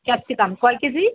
capsicum কয় KG